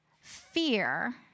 fear